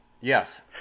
Yes